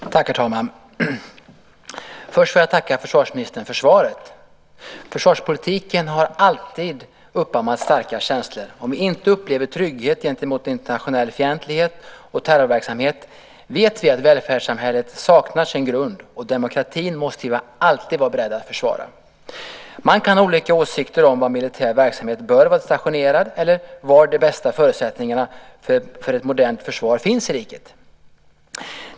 Herr talman! Först vill jag tacka försvarsministern för svaret. Försvarspolitiken har alltid uppammat starka känslor. Om vi inte upplever trygghet gentemot internationell fientlighet och terrorverksamhet vet vi att välfärdssamhället saknar sin grund, och demokratin måste vi alltid vara beredda att försvara. Man kan ha olika åsikter om var militär verksamhet bör vara stationerad eller var de bästa förutsättningarna för ett modernt försvar finns i riket.